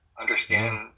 understand